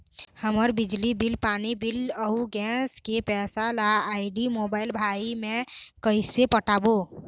हमर बिजली बिल, पानी बिल, अऊ गैस के पैसा ला आईडी, मोबाइल, भाई मे कइसे पटाबो?